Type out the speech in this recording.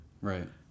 Right